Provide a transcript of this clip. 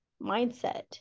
mindset